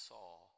Saul